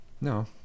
no